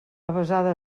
avesada